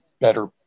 better